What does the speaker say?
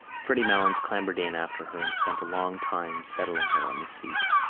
freddy malins clambered in after her and spent a long time settling her on the seat,